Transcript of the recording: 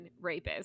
rapists